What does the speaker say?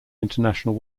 international